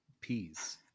Peas